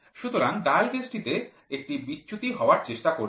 সুতরাং dial gauge টিতে একটি বিচ্যুতি হওয়ার চেষ্টা করবে